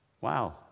Wow